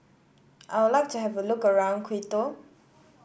I'll like to have a look around Quito